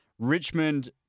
Richmond